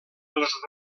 els